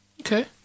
Okay